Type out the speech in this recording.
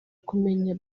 kumenya